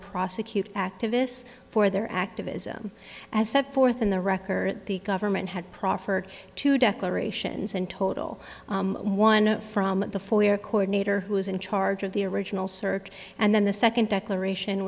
prosecute activists for their activism as set forth in the record the government had proffered two declarations in total one from the foyer coordinator who is in charge of the original search and then the second declaration